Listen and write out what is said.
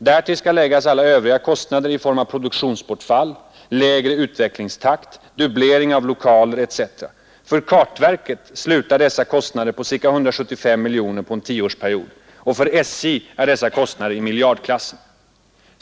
Därtill skall läggas alla övriga kostnader i form av produktionsbortfall, lägre utvecklingstakt, dubblering av lokaler etc. För kartverket slutar dessa kostnader på ca 175 miljoner under en tioårsperiod. För SJ är dessa kostnader i miljardklassen.